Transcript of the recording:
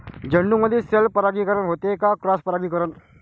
झेंडूमंदी सेल्फ परागीकरन होते का क्रॉस परागीकरन?